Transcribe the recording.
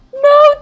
No